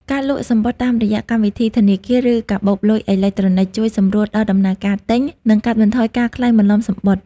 ការលក់សំបុត្រតាមរយៈកម្មវិធីធនាគារ ឬកាបូបលុយអេឡិចត្រូនិក ជួយសម្រួលដល់ដំណើរការទិញ និងកាត់បន្ថយការក្លែងបន្លំសំបុត្រ។